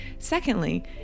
Secondly